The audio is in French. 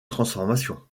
transformation